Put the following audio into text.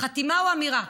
חתימה או אמירה?